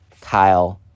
Kyle